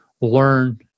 learn